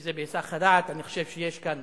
שזה בהיסח הדעת, אני חושב שיש כאן